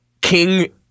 King